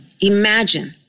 Imagine